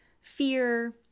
fear